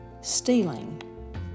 stealing